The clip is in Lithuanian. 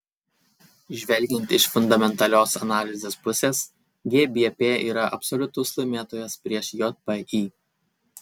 žvelgiant iš fundamentalios analizės pusės gbp yra absoliutus laimėtojas prieš jpy